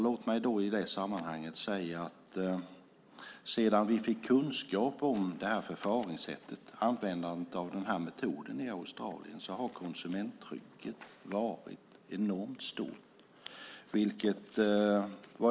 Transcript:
Låt mig i det sammanhanget säga att sedan vi fick kunskap om det här förfaringssättet, användandet av den här metoden, i Australien har konsumenttrycket varit enormt stort.